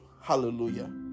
Hallelujah